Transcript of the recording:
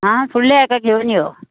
आ फुडल्या हेका घेवन यो